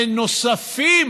הם נוספים